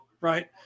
right